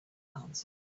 answered